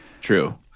True